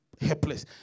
helpless